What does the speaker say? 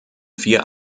vier